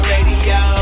Radio